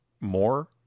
more